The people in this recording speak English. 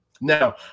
Now